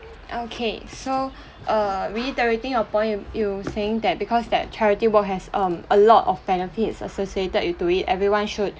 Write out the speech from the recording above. okay so err reiterating your point you you saying that because that charity work has um a lot of benefits associated into it everyone should